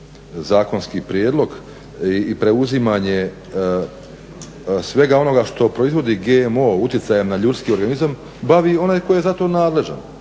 zakonski prijedlog i preuzimanje svega onoga što proizvodi GMO utjecajem na ljudski organizam bavi i onaj tko je za to nadležan